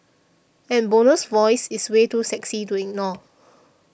and Bono's voice is way too sexy to ignore